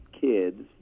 kids